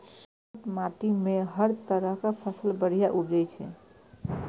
दोमट माटि मे हर तरहक फसल बढ़िया उपजै छै